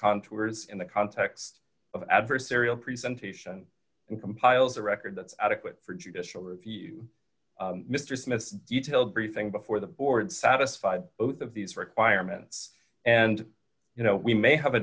contours in the context of adversarial presented and compiles a record that's adequate for judicial review mister smith detail briefing before the board satisfied both of these requirements and you know we may have a